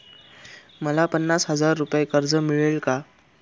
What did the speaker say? मला पन्नास हजार रुपये कर्ज मिळेल का?